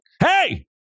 hey